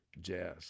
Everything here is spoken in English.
jazz